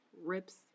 rips